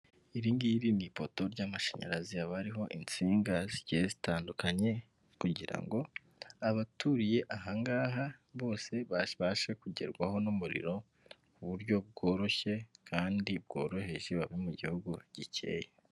Iri ngiri ni ipoto ry'amashanyarazi, haba hariho insinga zigiye zitandukanye, kugira ngo abaturiye aha ngaha bose babashe kugerwaho n'umuriro, ku buryo bworoshye kandi bworoheje babe mu gihugu gikeye.